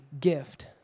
gift